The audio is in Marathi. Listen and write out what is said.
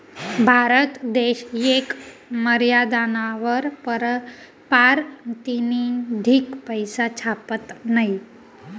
भारत देश येक मर्यादानावर पारतिनिधिक पैसा छापत नयी